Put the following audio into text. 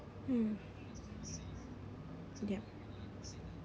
mm yup